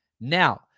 Now